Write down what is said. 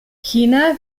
china